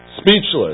speechless